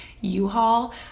u-haul